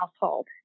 household